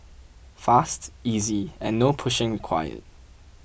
fast easy and no pushing required